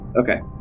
Okay